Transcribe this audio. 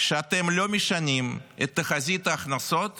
שאתם לא משנים את תחזית ההכנסות